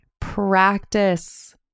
Practice